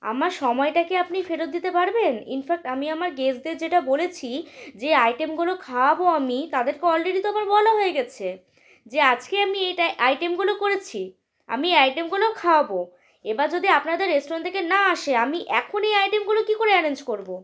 আমার সময়টা কি আপনি ফেরত দিতে পারবেন ইনফ্যাক্ট আমি আমার গেষ্টদের যেটা বলেছি যে আইটেমগুলো খাওয়াবো আমি তাদেরকে অলরেডি তো আমার বলা হয়ে গেছে যে আজকে আমি এটা আইটেমগুলো করেছি আমি এই আইটেমগুলো খাওয়াবো এবার যদি আপনাদের রেস্টুরেন্ট থেকে না আসে আমি এখন এই আইটেমগুলো কী করে অ্যারেঞ্জ করব